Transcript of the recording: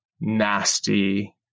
nasty